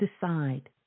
decide